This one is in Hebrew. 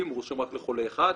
הוא רושם רק לחולה אחד,